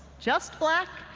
just black,